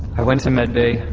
i went to med bay,